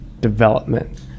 development